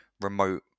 remote